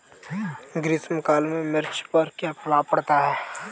ग्रीष्म काल में मिर्च पर क्या प्रभाव पड़ता है?